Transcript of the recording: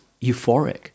euphoric